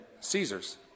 Caesar's